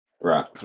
Right